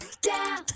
down